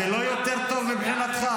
זה לא יותר טוב מבחינתך?